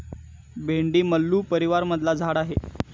भेंडी मल्लू परीवारमधला झाड हा